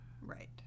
Right